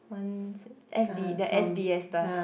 one S_B~ the S_B_S bus